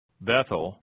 Bethel